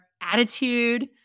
attitude